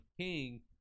king